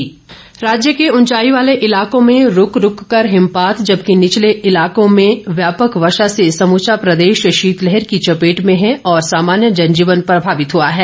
मौसम राज्य के ऊंचाई वाले इलाकों में रूक रूक कर हिमपात जबकि निचले इलाकों में व्यापक वर्षा से समूचा प्रदेश शीतलहर की चपेट में है और सामान्य जनजीवन प्रभावित हुआ है